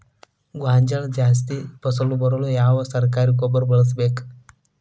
ಗೋಂಜಾಳ ಜಾಸ್ತಿ ಫಸಲು ಬರಲು ಯಾವ ಸರಕಾರಿ ಗೊಬ್ಬರ ಬಳಸಬೇಕು?